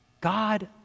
God